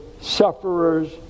sufferers